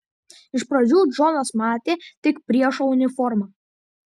iš pradžių džonas matė tik priešo uniformą